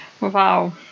Wow